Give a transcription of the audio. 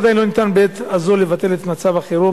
עדיין לא ניתן בעת הזו לבטל את מצב החירום,